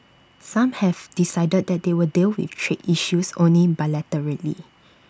some have decided that they will deal with trade issues only bilaterally